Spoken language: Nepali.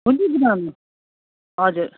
हुन्छ गुरुआमा हजुर